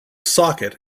socket